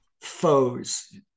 foes